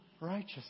righteous